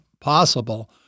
possible